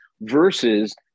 versus